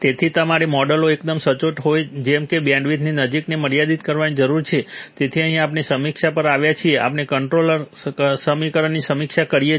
તેથી તમારે મોડેલો એકદમ સચોટ હોય જેમ કે બેન્ડવિડ્થની નજીકને મર્યાદિત કરવાની જરૂર છે તેથી અહીં આપણે સમીક્ષા પર આવ્યા છીએ આપણે કંટ્રોલર અમલીકરણની સમીક્ષા કરી છે